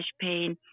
pain